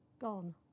gone